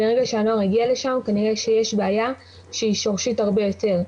ברגע שהנוער הגיע לשם כנראה שיש בעיה שהיא שורשית הרבה יותר,